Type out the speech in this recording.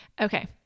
Okay